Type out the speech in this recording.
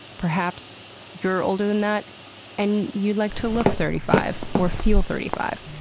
perhaps you're older than that and you'd like to look thirty five or feel thirty five.